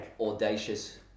audacious